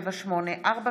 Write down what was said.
478/23,